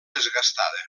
desgastada